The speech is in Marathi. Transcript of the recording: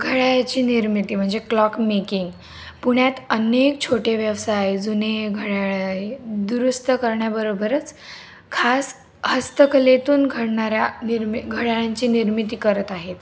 घड्याळ्याची निर्मिती म्हणजे क्लॉकमेकिंग पुण्यात अनेक छोटे व्यवसाय जुने घड्याळं हे दुरुस्त करण्याबरोबरच खास हस्त कलेतून घडणाऱ्या निर्मि घड्याळांची निर्मिती करत आहेत